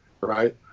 right